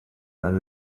and